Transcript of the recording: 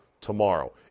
tomorrow